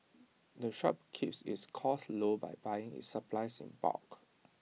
the shop keeps its costs low by buying its supplies in bulk